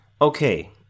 Okay